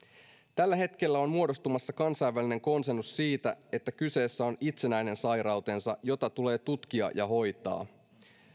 tällä hetkellä on muodostumassa kansainvälinen konsensus siitä että kyseessä on itsenäinen sairaus jota tulee tutkia ja hoitaa